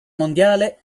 mondiale